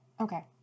Okay